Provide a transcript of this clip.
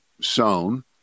sown